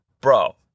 bro